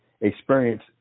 experience